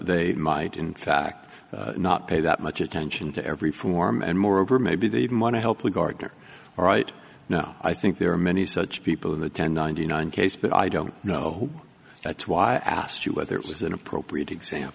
they might in fact not pay that much attention to every form and moreover maybe they even want to help the gardener right now i think there are many such people in the ten ninety nine case but i don't know that's why i asked you whether it was an appropriate exam